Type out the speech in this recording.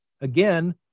Again